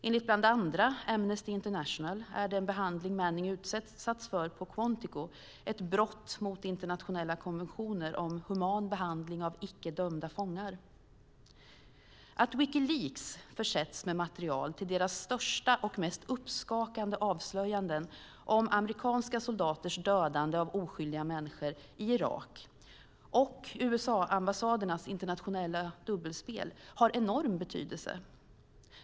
Enligt bland andra Amnesty International är den behandling som Manning utsatts för på Quantico ett brott mot internationella konventioner om human behandling av icke dömda fångar. Att Wikileaks försetts med material till deras största och mest uppskakande avslöjanden om amerikanska soldaters dödande av oskyldiga människor i Irak och om USA-ambassadernas internationella dubbelspel har enorm betydelse.